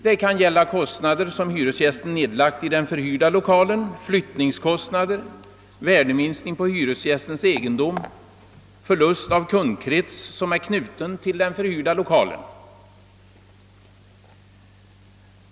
Det kan gälla kostnader som hyresgästen nedlagt i den förhyrda lokalen, flyttningskostnader, värdeminskning på hyresgästens egendom eller förlust av kundkrets som är knuten till den förhyrda lokalen.